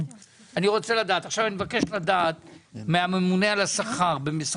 אני מבקש לדעת מהממונה על השכר אם הם